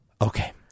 okay